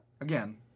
again